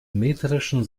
metrischen